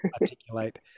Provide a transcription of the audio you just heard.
articulate